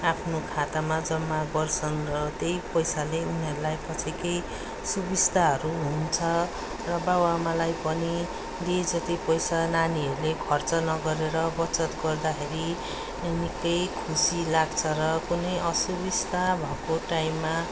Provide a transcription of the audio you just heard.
आफ्नो खातामा जमा गर्छन् र त्यही पैसाले उनीहरूलाई पछि केही सुविस्ताहरू हुन्छ र बाउ आमालाई पनि दिए जति पैसा नानीहरूले खर्च नगरेर बचत गर्दाखेरि निक्कै खुशी लाग्छ र कुनै असुविस्ता भएको टाइममा